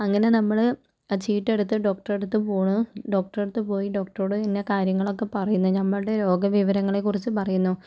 അങ്ങനെ നമ്മള് ആ ചീട്ടെടുത്ത് ഡോക്ടർ അടുത്ത് പോണം ഡോക്ടർ അടുത്ത് പോയി ഡോക്ട്രോട് ഇന്ന കാര്യങ്ങളൊക്കെ പറയുന്ന നമ്മളുടെ രോഗ വിവരങ്ങളെക്കുറിച്ച് പറയുന്നു